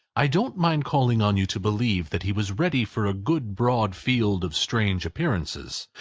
i don't mind calling on you to believe that he was ready for a good broad field of strange appearances,